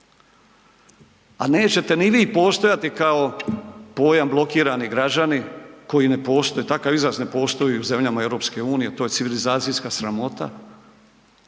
A nećete ni vi postojati kao pojam blokirani građani, koji ne postoji, takav izraz ne postoji u zemljama EU, to je civilizacijska sramota.